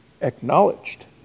acknowledged